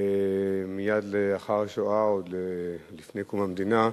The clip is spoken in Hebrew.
מייד לאחר השואה, עוד לפני קום המדינה,